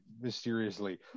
mysteriously